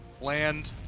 land